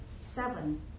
Seven